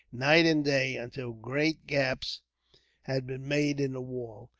night and day, until great gaps had been made in the walls,